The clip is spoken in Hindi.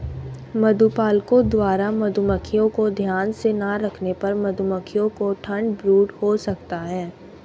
मधुपालकों द्वारा मधुमक्खियों को ध्यान से ना रखने पर मधुमक्खियों को ठंड ब्रूड हो सकता है